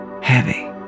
heavy